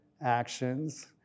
actions